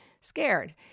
scared